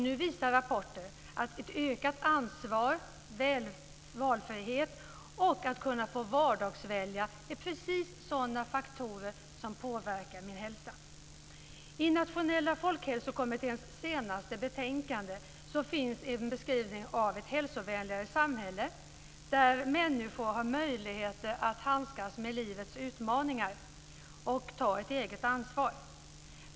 Nu visar rapporter att ökat ansvar och ökad valfrihet, att kunna få vardagsvälja, är precis sådana faktorer som påverkar min hälsa. I den nationella folkhälsokommitténs senaste betänkande finns en beskrivning av ett hälsovänligare samhälle där människor har möjlighet att handskas med livets utmaningar och ta ett eget ansvar.